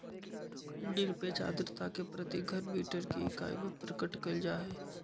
निरपेक्ष आर्द्रता के प्रति घन मीटर के इकाई में प्रकट कइल जाहई